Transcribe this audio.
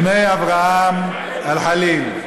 בני אברהם אל-ח'ליל.